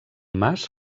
mas